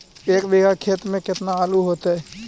एक बिघा खेत में केतना आलू होतई?